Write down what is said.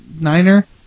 Niner